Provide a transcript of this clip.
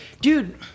Dude